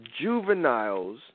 juveniles